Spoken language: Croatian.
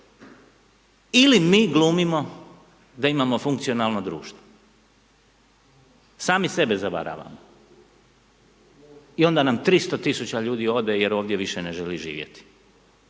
Ili mi glumimo da imamo funkcionalno društvo, sami sebe zavaravamo i onda nam 300 000 ljudi ode jer ovdje više ne želi živjeti.